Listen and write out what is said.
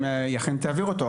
אם היא אכן תעביר אותו,